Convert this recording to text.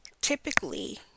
typically